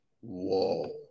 Whoa